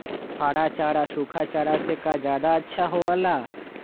हरा चारा सूखा चारा से का ज्यादा अच्छा हो ला?